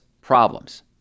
problems